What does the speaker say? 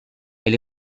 elle